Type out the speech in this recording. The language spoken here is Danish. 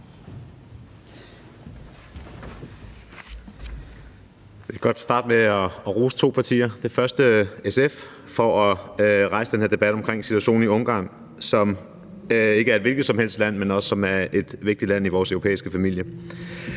Jeg vil godt starte med at rose to partier. Først vil jeg rose SF for at rejse den her debat om situationen i Ungarn, som ikke er et hvilket som helst land, men som er et vigtigt land i vores europæiske familie.